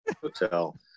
hotel